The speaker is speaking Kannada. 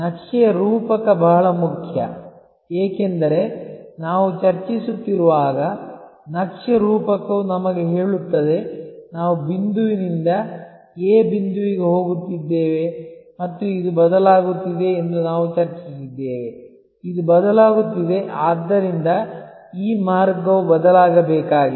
ನಕ್ಷೆಯ ರೂಪಕ ಬಹಳ ಮುಖ್ಯ ಏಕೆಂದರೆ ನಾವು ಚರ್ಚಿಸುತ್ತಿರುವಾಗ ನಕ್ಷೆ ರೂಪಕವು ನಮಗೆ ಹೇಳುತ್ತದೆ ನಾವು ಬಿಂದುವಿನಿಂದ ಎ ಬಿಂದುವಿಗೆ ಹೋಗುತ್ತಿದ್ದೇವೆ ಮತ್ತು ಇದು ಬದಲಾಗುತ್ತಿದೆ ಎಂದು ನಾವು ಚರ್ಚಿಸಿದ್ದೇವೆ ಇದು ಬದಲಾಗುತ್ತಿದೆ ಆದ್ದರಿಂದ ಈ ಮಾರ್ಗವು ಬದಲಾಗಬೇಕಾಗಿದೆ